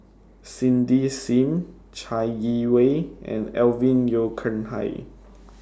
Cindy SIM Chai Yee Wei and Alvin Yeo Khirn Hai